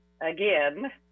again